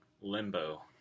Limbo